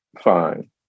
fine